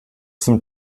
zum